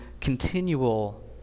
continual